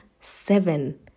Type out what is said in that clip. seven